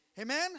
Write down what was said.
amen